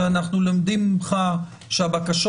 שאנחנו לומדים ממך שהבקשות,